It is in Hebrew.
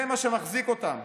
זה מה שמחזיק אותם.